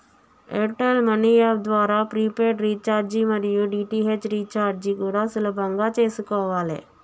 air tell money app ద్వారా prepaid recharge మరియు DTH recharge కూడా సులభంగా చేసుకోవాలే